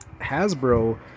hasbro